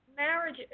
Marriage